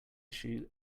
issue